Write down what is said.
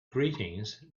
greetings